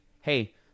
Hey